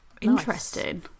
interesting